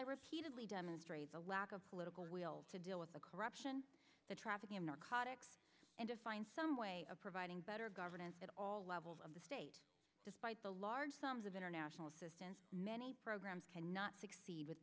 i repeatedly demonstrated the lack of political will to deal with the corruption the trafficking of narcotics and to find some way of providing better governance at all levels of the state despite the large sums of international assistance many programs cannot succeed with